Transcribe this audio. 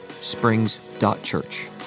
springs.church